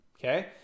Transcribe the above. Okay